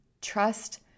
Trust